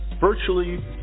virtually